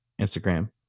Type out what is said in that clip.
Instagram